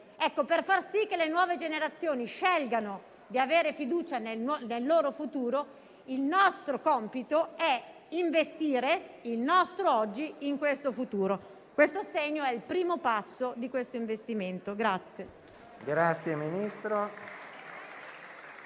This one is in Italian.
Per far sì che le nuove generazioni scelgano di avere fiducia nel loro futuro, il nostro compito è investire il nostro oggi nel futuro. E questo assegno è il primo passo di tale investimento.